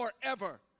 forever